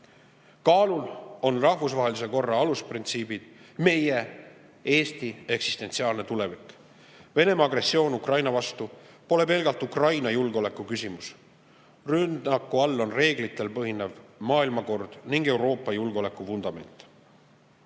on rahvusvahelise korra alusprintsiibid, meie, Eesti eksistentsiaalne tulevik. Venemaa agressioon Ukraina vastu pole pelgalt Ukraina julgeoleku küsimus. Rünnaku all on reeglitel põhinev maailmakord ning Euroopa julgeoleku vundament. Eesti